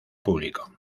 público